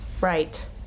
Right